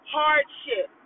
hardship